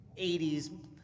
80s